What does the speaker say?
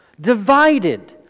Divided